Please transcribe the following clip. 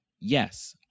yes